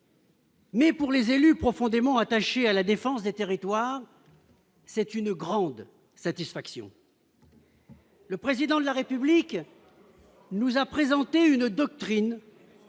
Mais pour les élus, profondément attachés à la défense des territoires, c'est une grande satisfaction. Le président de la République nous a présenté une autre